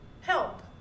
Help